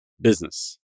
business